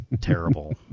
terrible